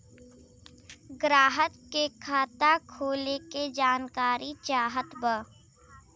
ग्राहक के खाता खोले के जानकारी चाहत बा?